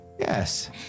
Yes